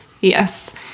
Yes